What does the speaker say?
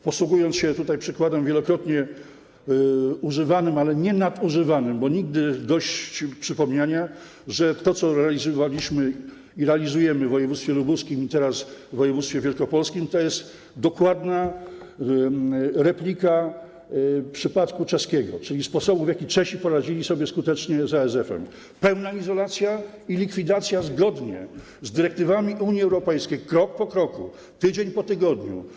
Posłużę się przykładem wielokrotnie używanym, ale nie nadużywanym, bo nigdy dość przypominania, że to, co realizowaliśmy i realizujemy w województwie lubuskim i teraz w województwie wielkopolskim, to jest dokładna replika przypadku czeskiego, czyli sposobu, w jaki Czesi poradzili sobie skutecznie z ASF-em - pełna izolacja i likwidacja, zgodnie z dyrektywami Unii Europejskiej, krok po kroku, tydzień po tygodniu.